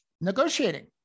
negotiating